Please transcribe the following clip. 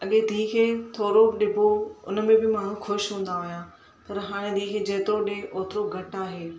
अॻे धीउ खे थोरो बि ॾिबो हुओ हुन में बि माण्हू ख़ुशि हूंदा हुआ पर हाणे धीउ खे जेतिरो ॾे घटि आहे